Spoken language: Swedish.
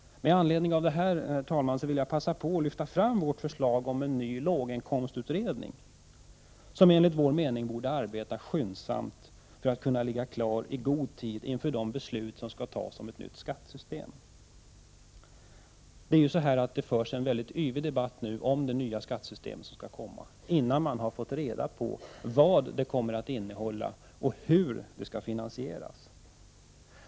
Med anledning av detta vill jag passa på att lyfta fram vårt förslag om en ny låginkomstutredning, som enligt vår mening måste arbeta skyndsamt för att kunna ligga klar i god tid inför de beslut som skall tas om ett nytt skattesystem. Det förs ju en yvig debatt om det nya skattesystem som skall komma, innan man har fått reda på vad det kommer att innehålla och hur det skall finansieras.